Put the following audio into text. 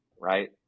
right